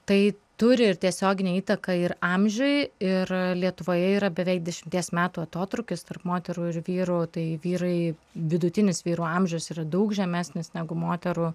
tai turi ir tiesioginę įtaką ir amžiuj ir lietuvoje yra beveik dešimties metų atotrūkis tarp moterų ir vyrų tai vyrai vidutinis vyrų amžius yra daug žemesnis negu moterų